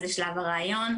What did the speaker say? זה שלב הרעיון.